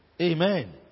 Amen